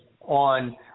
on